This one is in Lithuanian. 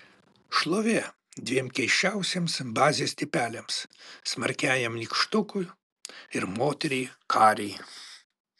šlovė dviem keisčiausiems bazės tipeliams smarkiajam nykštukui ir moteriai karei